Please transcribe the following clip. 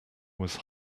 was